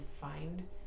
find